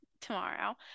tomorrow